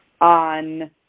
on